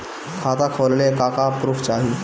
खाता खोलले का का प्रूफ चाही?